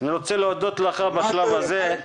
אני רוצה להודות לך בשלב הזה.